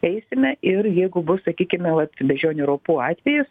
eisime ir jeigu bus sakykime vat beždžionių raupų atvejis